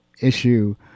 issue